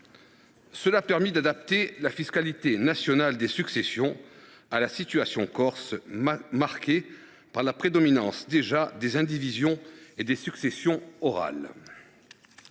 Cela permit d’adapter la fiscalité nationale des successions à la situation corse, déjà marquée par la prédominance des indivisions et des successions orales.